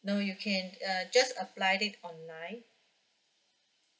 no you can uh just apply it online